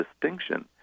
distinction